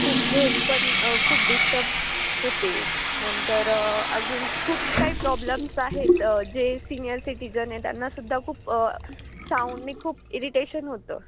खूप झोप पण खूप डिस्टर्ब होते नंतर अजून खूप काही प्रॉब्लेम्स आहेत जे सिनियर सिटीजन आहे त्यांना सुद्धा खूप साऊंडने खूप इरिटेशन होतं